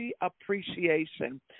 Appreciation